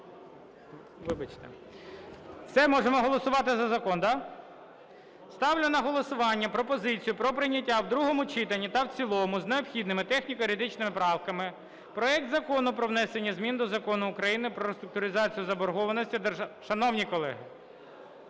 прийнято. Все, можемо голосувати за закон, да? Ставлю на голосування пропозицію про прийняття в другому читанні та в цілому з необхідними техніко-юридичними правками проект Закону про внесення змін до Закону України "Про реструктуризацію заборгованості державного (Шановні колеги!